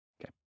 Okay